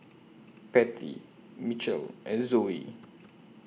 Patty Mitchel and Zoey